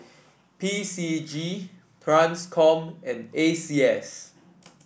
P C G Transcom and A C S